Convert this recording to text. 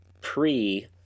pre